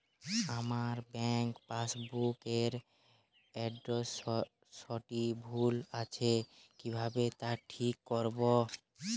আমার bank passbook এর এড্রেসটি ভুল আছে কিভাবে তা ঠিক করবো?